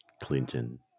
Clinton